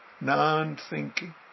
non-thinking